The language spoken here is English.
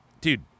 dude